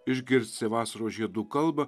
išgirsti vasaros žiedų kalbą